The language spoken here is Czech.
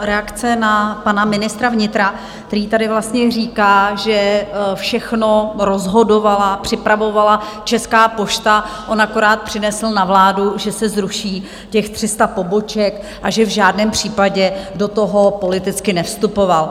Reakce na pana ministra vnitra, který tady vlastně říká, že všechno rozhodovala a připravovala Česká pošta, on akorát přinesl na vládu, že se zruší těch 300 poboček, a že v žádném případě do toho politicky nevstupoval.